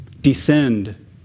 descend